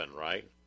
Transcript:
right